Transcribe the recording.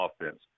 offense